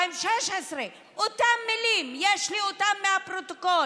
2016, אותן מילים, יש לי אותן מהפרוטוקול.